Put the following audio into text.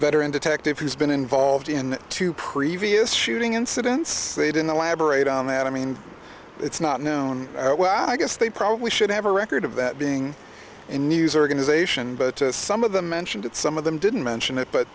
veteran detective who's been involved in two previous shooting incidents they didn't elaborate on that i mean it's not known well i guess they probably should have a record of that being a news organization but some of them mentioned it some of them didn't mention it but